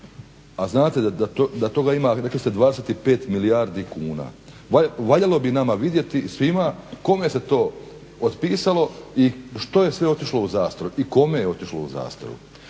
A znate da toga ima, rekli ste 25 milijardi kuna. Valjalo bi nama vidjeti svima kome se to otpisalo i što je sve otišlo u zastaru i kome je otišlo u zastaru.